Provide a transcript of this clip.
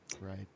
Right